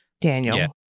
Daniel